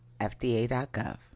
FDA.gov